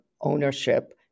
ownership